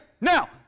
Now